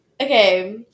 Okay